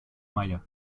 meier